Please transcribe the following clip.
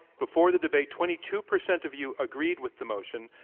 before the debate twenty two percent of you agreed with the motion,